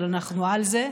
אבל אנחנו על זה.